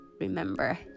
Remember